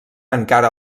encara